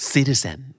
Citizen